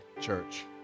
church